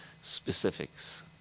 specifics